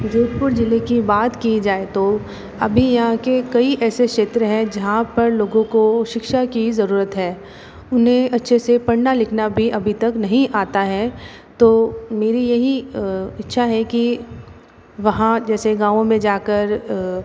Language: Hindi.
जोधपुर जिले की बात की जाए तो अभी यहाँ के कई ऐसे क्षेत्र हैं जहाँ पर लोगों को शिक्षा की जरूरत है उन्हे अच्छे से पढ़ना लिखना भी अभी तक नहीं आता है तो मेरी यही इच्छा है कि वहाँ जैसे गाँव मे जाकर